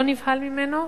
לא נבהל ממנו,